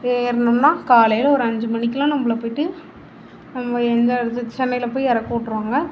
ஏறினோம்னா காலையில் ஒரு அஞ்சு மணிக்கெல்லாம் நம்மள போய்விட்டு நம்ம எந்த இடத்துக்கு சென்னையில் போய் இறக்கி விட்ருவாங்க